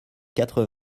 quatre